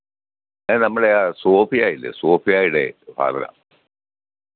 ഞാൻ നമ്മുടെ ആ സോഫിയാ ഇല്ലേ സോഫിയായുടെ ഫാദറാ